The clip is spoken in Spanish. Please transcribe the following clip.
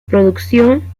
producción